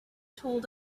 told